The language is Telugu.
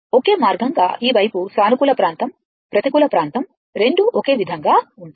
ఒకే మార్గంగా ఈ వైపు సానుకూల ప్రాంతం ప్రతికూల ప్రాంతం రెండూ ఒకే విధంగా ఉంటాయి